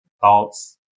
thoughts